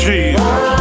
Jesus